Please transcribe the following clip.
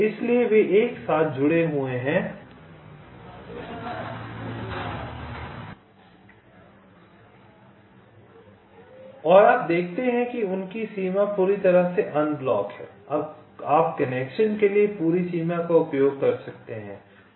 इसलिए वे एक साथ जुड़े हुए हैं और आप देखते हैं कि उनकी सीमा पूरी तरह से अनब्लॉक है आप कनेक्शन के लिए पूरी सीमा का उपयोग कर सकते हैं